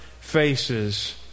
faces